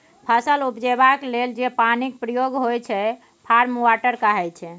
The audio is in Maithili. फसल उपजेबाक लेल जे पानिक प्रयोग होइ छै फार्म वाटर कहाइ छै